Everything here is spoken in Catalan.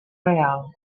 real